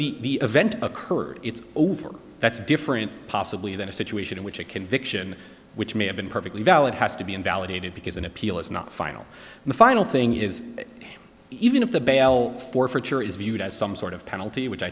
the event occurred it's over that's different possibly than a situation in which a conviction which may have been perfectly valid has to be invalidated because an appeal is not final and the final thing is even if the bell forfeiture is viewed as some sort of penalty which i